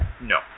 No